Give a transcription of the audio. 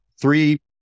three